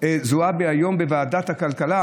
זועבי היום בוועדת הכלכלה.